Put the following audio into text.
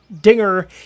dinger